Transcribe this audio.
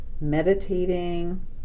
meditating